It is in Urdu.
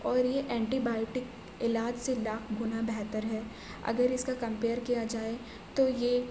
اور یہ اینٹی بائیوٹک علاج سے لاکھ گنا بہتر ہے اگر اس کا کمپئیر کیا جائے تو یہ